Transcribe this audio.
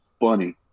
funny